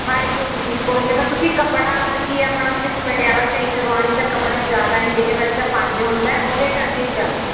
ਬਣਜੂਗੀ ਜੀ ਕੋਈ ਨਾ ਤਾਂ ਤੁਸੀਂ ਕੱਪੜਾ ਮਤਲਬ ਕੀ ਆਪਣਾ ਵੀ ਜੇ ਪਟਿਆਲਾ ਸ਼ਾਹੀ ਕਰਵਾਉਣੀ ਤਾਂ ਕੱਪੜਾ ਜ਼ਿਆਦਾ ਹੀ ਲੈ ਕੇ ਵੈਸੇ ਤਾਂ ਪੰਜ ਹੁੰਦਾ ਉਹਦੇ ਕਰਕੇ ਜ਼ਿਆਦਾ